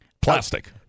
plastic